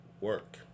work